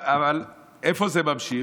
איפה זה נמשך?